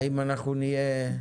האם אנחנו נהיה,